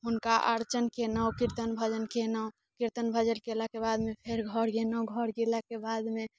हुनका अर्चन कयलहुँ कीर्तन भजन कयलहुँ कीर्तन भजन कयलाके बादमे फेर घर गेलहुँ घर गेलाके बादमे